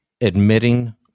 admitting